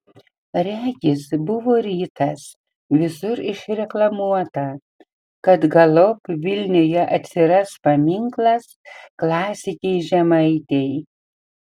regis buvo rytas visur išreklamuota kad galop vilniuje atsiras paminklas klasikei žemaitei